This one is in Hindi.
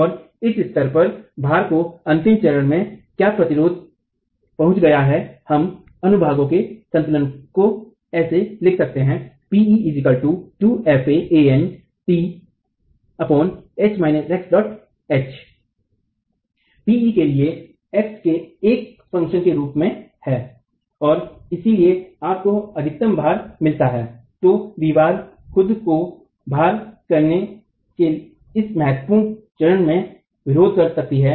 और इस स्तर पर भार के अंतिम चरण में क्या प्रतिरोध पहुंच गया है हम अनुभागों में संतुलन को ऐसे लिख सकते हैं Pe के लिए x के एक फ़ंक्शन के रूप में और इसलिए आपको अधिकतम भार मिलता है तो दीवार खुद को भार करने के इस महत्वपूर्ण चरण में विरोध कर सकती है